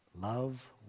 Love